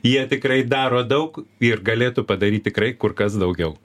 jie tikrai daro daug ir galėtų padaryt tikrai kur kas daugiau